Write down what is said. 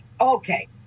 Okay